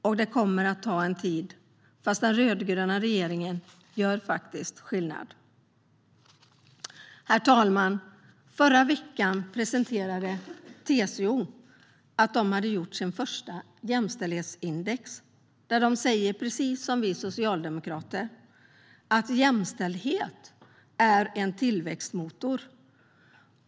Och det kommer att ta tid. Men den rödgröna regeringen gör skillnad. Herr talman! Förra veckan presenterade TCO sitt första jämställdhetsindex. Där säger de precis som vi socialdemokrater: Jämställdhet är en tillväxtmotor.